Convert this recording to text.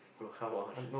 bro come on